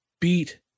beat